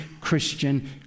Christian